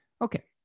Okay